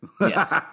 Yes